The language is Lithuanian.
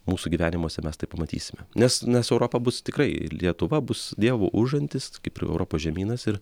mūsų gyvenimuose mes tai pamatysime nes nes europa bus tikrai lietuva bus dievo užantis kaip ir europos žemynas ir